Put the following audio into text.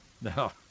no